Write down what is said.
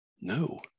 No